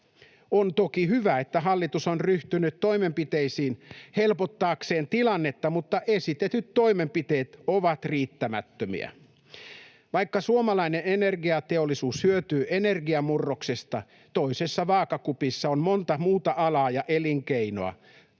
On toki hyvä, että hallitus on ryhtynyt toimenpiteisiin helpottaakseen tilannetta, mutta esitetyt toimenpiteet ovat riittämättömiä. Vaikka suomalainen energiateollisuus hyötyy energiamurroksesta, toisessa vaakakupissa on monta muuta alaa ja elinkeinoa.